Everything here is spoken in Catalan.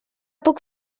puc